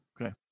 Okay